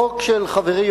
החוק של חברי,